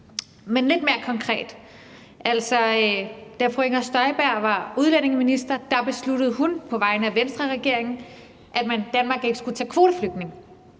men lidt mere konkret. Da fru Inger Støjberg var udlændinge- og integrationsminister, besluttede hun på vegne af Venstreregeringen, at Danmark ikke skulle tage kvoteflygtninge.